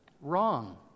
Wrong